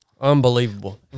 Unbelievable